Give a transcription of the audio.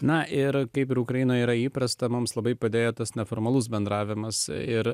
na ir kaip ir ukrainoje yra įprasta mums labai padėjo tas neformalus bendravimas ir